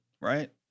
right